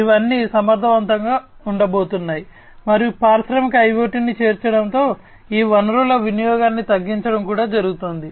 ఇవన్నీ సమర్థవంతంగా ఉండబోతున్నాయి మరియు పారిశ్రామిక ఐయోటిని చేర్చడంతో ఈ వనరుల వినియోగాన్ని తగ్గించడం కూడా జరగబోతోంది